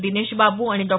दिनेश बाबू आणि डॉ